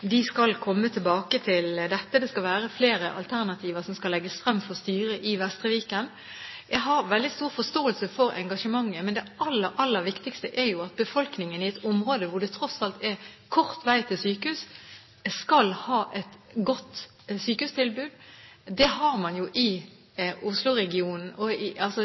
de skal komme tilbake til dette. Det skal være flere alternativer som skal legges frem for styret i Vestre Viken. Jeg har veldig stor forståelse for engasjementet, men det aller viktigste er jo at befolkningen i et område hvor det tross alt er kort vei til sykehus, skal ha et godt sykehustilbud. Det har man i Oslo-regionen.